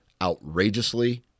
outrageously